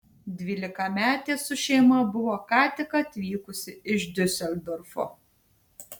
dvylikametė su šeima buvo ką tik atvykusi iš diuseldorfo